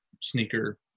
sneaker